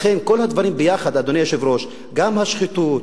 לכן כל הדברים יחד, אדוני היושב-ראש, גם השחיתות,